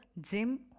gym